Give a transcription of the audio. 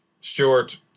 Stewart